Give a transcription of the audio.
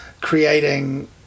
creating